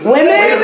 Women